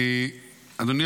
אדוני